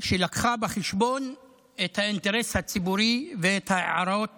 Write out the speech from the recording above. שלקחה בחשבון את האינטרס הציבורי ואת ההערות